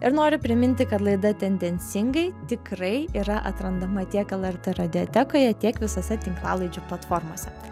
ir noriu priminti kad laida tendencingai tikrai yra atrandama tiek lrt radiotekoje tiek visose tinklalaidžių platformose